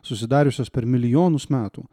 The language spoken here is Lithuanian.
susidariusios per milijonus metų